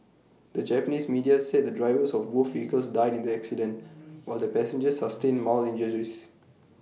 the Japanese media said the drivers of both vehicles died in the accident while the passengers sustained mild injuries